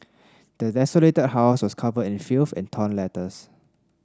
the desolated house was covered in filth and torn letters